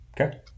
Okay